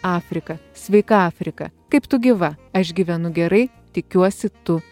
afriką sveika afrika kaip tu gyva aš gyvenu gerai tikiuosi tu